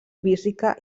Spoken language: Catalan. física